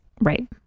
Right